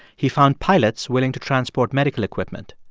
he found pilots willing to transport medical equipment.